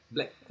Black